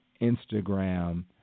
Instagram